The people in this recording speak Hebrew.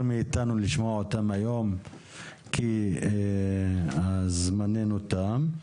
מאתנו לשמוע אותם היום כי זמננו תם.